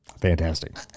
Fantastic